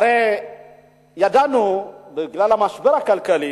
הרי בגלל המשבר הכלכלי